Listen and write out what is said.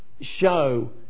show